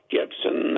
Gibson